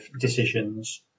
decisions